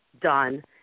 done